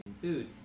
food